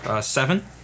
seven